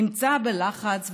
נמצא בלחץ,